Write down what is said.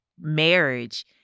marriage